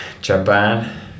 Japan